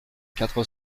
quatre